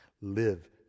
Live